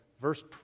verse